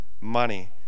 money